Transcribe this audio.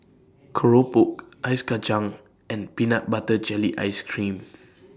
Keropok Ice Kacang and Peanut Butter Jelly Ice Cream